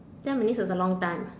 ten minutes is a long time